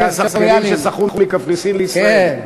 אלה השחיינים ששחו מקפריסין לישראל?